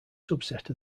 subset